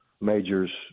majors